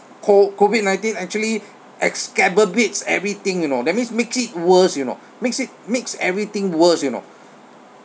co~ COVID nineteen actually exacerbates everything you know that means make it worse you know makes it makes everything worse you know